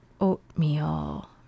oatmeal